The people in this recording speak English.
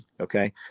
Okay